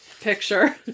picture